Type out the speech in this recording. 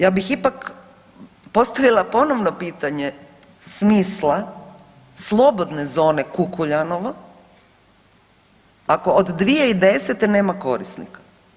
Ja bih ipak postavila ponovno pitanje smisla slobodne zone Kukuljanova ako od 2010. nema korisnika.